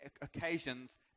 occasions